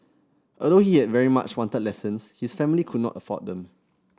although he had very much wanted lessons his family could not afford them